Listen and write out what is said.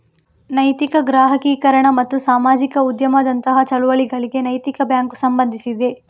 ನೈತಿಕ ಗ್ರಾಹಕೀಕರಣ ಮತ್ತು ಸಾಮಾಜಿಕ ಉದ್ಯಮದಂತಹ ಚಳುವಳಿಗಳಿಗೆ ನೈತಿಕ ಬ್ಯಾಂಕು ಸಂಬಂಧಿಸಿದೆ